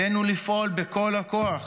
עלינו לפעול בכל הכוח